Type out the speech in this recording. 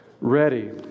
ready